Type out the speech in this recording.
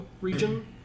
region